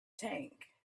tank